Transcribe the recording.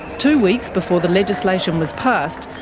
two weeks before the legislation was passed,